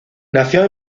nació